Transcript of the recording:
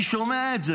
אני שומע את זה.